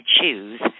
choose